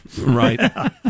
Right